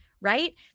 right